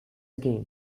again